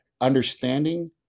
Understanding